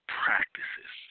practices